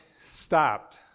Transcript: stopped